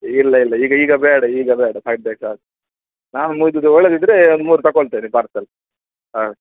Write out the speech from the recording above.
ಇಲ್ಲ ಇಲ್ಲ ಈಗ ಈಗ ಬೇಡ ಈಗ ಬೇಡ ಸದ್ಯಕ್ಕೆ ಸಾಕು ನಾನು ಒಳ್ಳೇದು ಇದ್ದರೆ ಒಂದು ಮೂರು ತಕೊಳ್ತೇನೆ ಪಾರ್ಸೆಲ್ ಹಾಂ